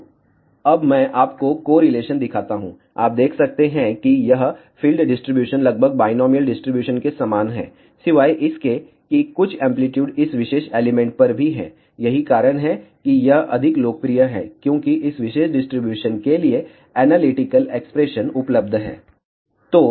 तो अब मैं आपको कोरिलेशन दिखाता हूं आप देख सकते हैं कि यह फील्ड डिस्ट्रीब्यूशन लगभग बाईनोमिअल डिस्ट्रीब्यूशन के समान है सिवाय इसके कि कुछ एंप्लीट्यूड इस विशेष एलिमेंट पर भी है यही कारण है कि यह अधिक लोकप्रिय है क्योंकि इस विशेष डिस्ट्रीब्यूशन के लिए एनालिटिकल एक्सप्रेशन उपलब्ध हैं